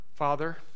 Father